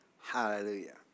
Hallelujah